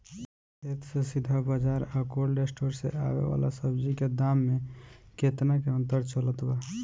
खेत से सीधा बाज़ार आ कोल्ड स्टोर से आवे वाला सब्जी के दाम में केतना के अंतर चलत बा?